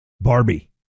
Barbie